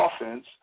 offense